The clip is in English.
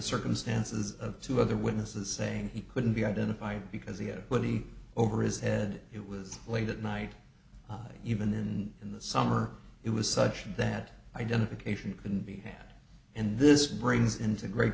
circumstances of two other witnesses saying he couldn't be identified because he would be over his head it was late at night even in the summer it was such that identification can be had and this brings into great